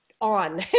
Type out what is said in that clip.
on